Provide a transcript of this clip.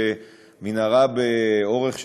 מנהרה באורך,